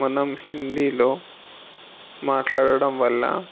మనం హిందీలో మాట్లాడడం వల్ల